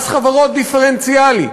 מס חברות דיפרנציאלי,